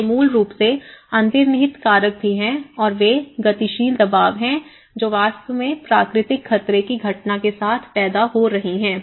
तो मूल रूप से अंतर्निहित कारक भी हैं और वे गतिशील दबाव हैं जो वास्तव में प्राकृतिक खतरे की घटना के साथ पैदा हो रहे हैं